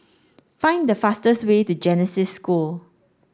find the fastest way to Genesis School